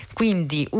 quindi